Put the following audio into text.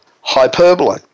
hyperbole